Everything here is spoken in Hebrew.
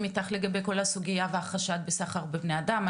איתך לגבי כל הסוגיה והחשד בסחר בבני אדם.